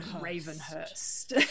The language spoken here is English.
ravenhurst